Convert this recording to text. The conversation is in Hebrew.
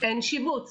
אין שיבוץ